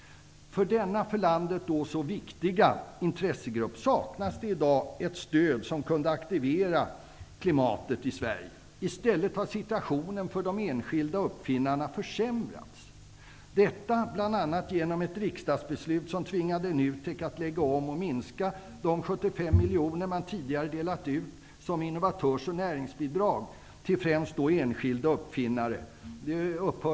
För denna för landet så viktiga intressegrupp saknas det i dag ett stöd som kunde aktivera innovationsklimatet. I stället har situationen för de enskilda uppfinnarna försämrats, bl.a. genom att ett riksdagsbeslut tvingade NUTEK att den 1 juli förra året lägga om fördelningen och minska de 75 miljoner man tidigare delat ut som innovatörs och näringsbidrag till främst enskilda uppfinnare.